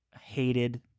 hated